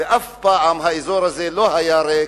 ואף פעם האזור הזה לא היה ריק,